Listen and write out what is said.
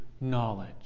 knowledge